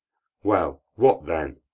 well, what then?